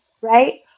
right